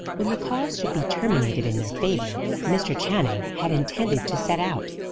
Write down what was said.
when the cause should be terminated in their favour, mr. channing had intended to set out.